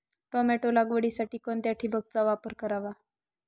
Tomato लागवडीसाठी कोणत्या ठिबकचा वापर करावा?